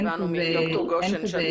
אין כזה תקן.